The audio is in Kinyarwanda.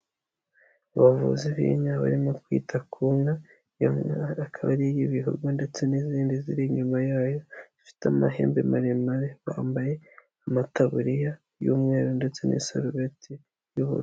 Abavuzi b'inka barimo kwita ku nka, iyo nka akaba ari iy'ibihogo ndetse n'izindi ziri inyuma yayo zifite amahembe maremare, bambaye amataburiya y'umweru ndetse n'isarubeti y'ubururu.